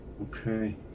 okay